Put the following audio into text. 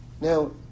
Now